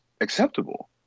acceptable